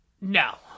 No